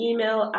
Email